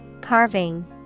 Carving